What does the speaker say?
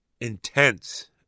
intense